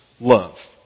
love